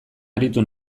aritu